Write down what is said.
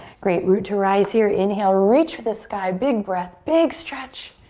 great, root to rise here, inhale, reach for the sky. big breath, big stretch.